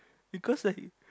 because like